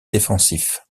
défensif